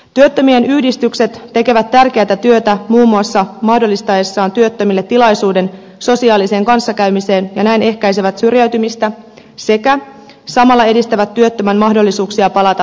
työttömien yhdistykset tekevät tärkeätä työtä muun muassa mahdollistaessaan työttömille tilaisuuden sosiaaliseen kanssakäymiseen ja näin ehkäisevät syrjäytymistä sekä samalla edistävät työttömän mahdollisuuksia palata työelämään takaisin